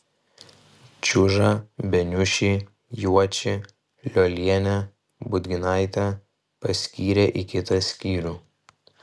čiužą beniušį juočį liolienę budginaitę paskyrė į kitą skyrių